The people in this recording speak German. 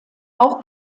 auch